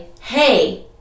hey